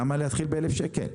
למה להתחיל ב-1,000 שקלים?